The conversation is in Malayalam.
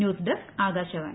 news desk Akashvani